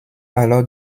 alors